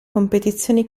competizioni